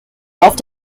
auf